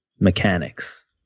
mechanics